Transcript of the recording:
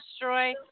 destroy